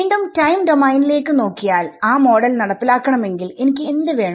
വീണ്ടും ടൈം ഡോമെയിനിലേക്ക്നോക്കിയാൽ ആ മോഡൽ നടപ്പിലാക്കണമെങ്കിൽ എനിക്ക് എന്ത് വേണം